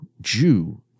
Jew